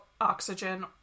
oxygen